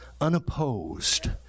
unopposed